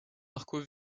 marco